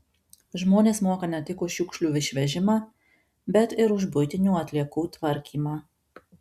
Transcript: žmonės moka ne tik už šiukšlių išvežimą bet ir už buitinių atliekų tvarkymą